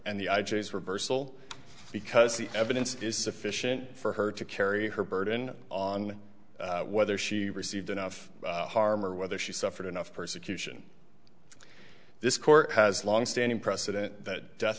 and the i g is reversal because the evidence is sufficient for her to carry her burden on whether she received enough harm or whether she suffered enough persecution this court has longstanding precedent that death